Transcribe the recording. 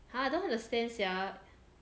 !huh! I don't understand sia